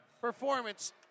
performance